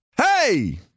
Hey